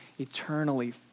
eternally